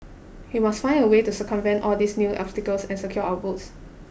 he must find a way to circumvent all these new obstacles and secure our votes